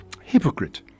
Hypocrite